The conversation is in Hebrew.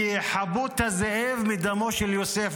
כחפות הזאב מדמו של יוסף,